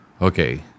okay